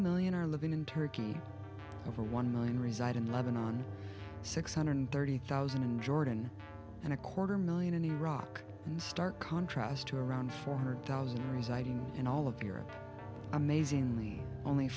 million are living in turkey over one million reside in lebanon six hundred thirty thousand and jordan and a quarter million in iraq in stark contrast to around four hundred thousand residing in all of europe amazingly only